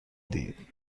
دید